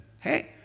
Hey